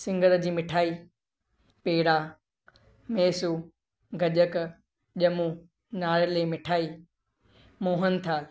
सिंघर जी मिठाई पेरा मैसू गजक ॼमूं नारेल जी मिठाई मोहन थाल